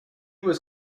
was